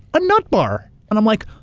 a nutbar! and i'm like,